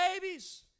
babies